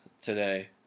today